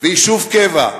ויישוב קבע.